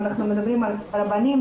אנחנו מדברים על רבנים,